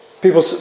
People